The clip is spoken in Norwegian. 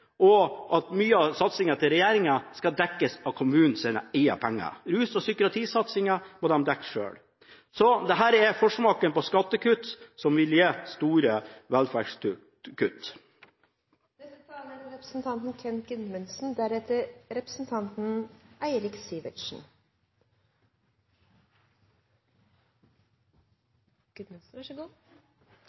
og at mye av regjeringens satsing skal dekkes av kommunens egne penger. Rus og psykiatrisatsingen må kommunene dekke selv. Dette er forsmaken på skattekutt som vil gi store velferdskutt. Når jeg hører representanten